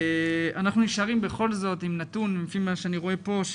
אנחנו נשארים בכל זאת עם נתון לפי מה שאני רואה פה,